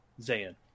Zayn